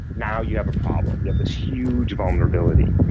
now you have a problem, you have this huge vulnerability,